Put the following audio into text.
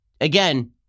again